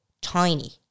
tiny